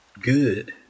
good